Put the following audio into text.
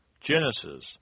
Genesis